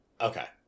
okay